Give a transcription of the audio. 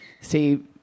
see